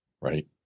Right